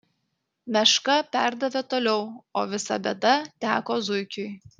meška perdavė toliau o visa bėda teko zuikiui